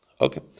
Okay